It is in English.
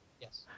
Yes